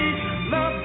Love